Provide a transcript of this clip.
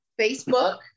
Facebook